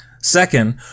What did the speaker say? Second